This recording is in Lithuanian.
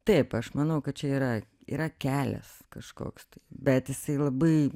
taip aš manau kad čia yra yra kelias kažkoks tai bet jisai labai